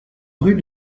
rue